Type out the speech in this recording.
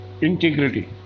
integrity